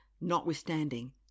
notwithstanding